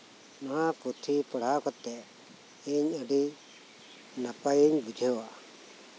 ᱱᱚᱶᱟ ᱯᱩᱛᱷᱤ ᱯᱟᱲᱦᱟᱣ ᱠᱟᱛᱮᱫ ᱤᱧ ᱟᱹᱰᱤ ᱱᱟᱯᱟᱭᱤᱧ ᱵᱩᱡᱷᱟᱹᱣᱟ